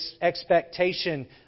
expectation